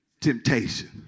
temptation